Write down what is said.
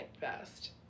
best